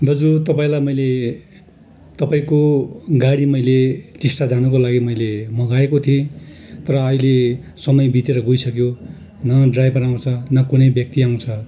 दाजु तपाईँलाई मैले तपाईँको गाडी मैले टिस्टा जानुको लागि मैले मगाएको थिएँ तर अहिले समय बितेर गइसक्यो न ड्राइभर आउँछ न कुनै व्यक्ति आउँछ